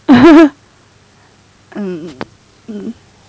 mm